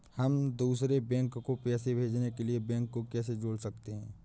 हम दूसरे बैंक को पैसे भेजने के लिए बैंक को कैसे जोड़ सकते हैं?